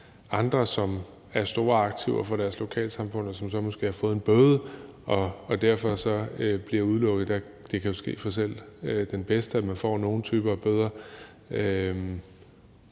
andre, som er store aktiver for deres lokalsamfund, og som måske har fået en bøde og så derfor bliver udelukket; det kan jo ske for selv den bedste, at man får nogle typer af bøder.